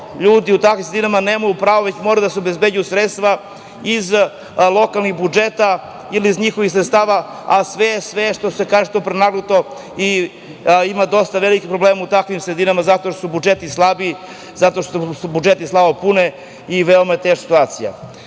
ljudi u takvim sredinama nemaju pravo, već moraju da se obezbeđuju sredstva iz lokalnih budžeta ili iz njihovih sredstava, a sve što se kaže je prenagluto i ima dosta velikih problema u takvim sredinama, zato što su budžeti slabi, zato što se budžeti slabo pune i veoma je teška situacija. Još